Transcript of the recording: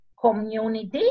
community